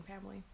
family